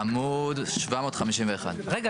עמוד 751. רגע,